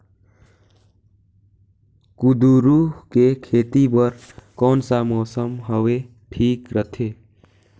कुंदूरु के खेती बर कौन सा मौसम हवे ठीक रथे?